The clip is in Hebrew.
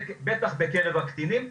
בטח בקרב הקטינים,